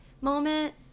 moment